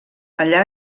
allà